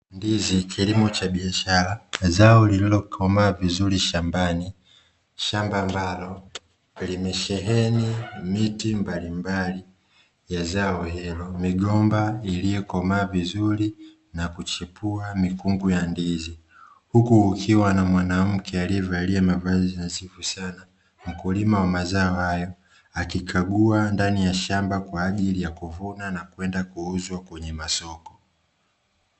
Ndizi kilimo cha biashara zao lililokomaa vizuri shambani, shamba ambalo limesheheni miti mbalimbali ya zao hilo, migomba iliyokomaa vizuri na kuchipua mikungu ya ndizi, huku kukiwa na mwanamke aliyevalia mavazi nadhifu sana, mkulima wa mazao hayo akikagua ndani ya shamba kwa ajili ya kuvuna na kwenda kuuzwa kwenye masoko.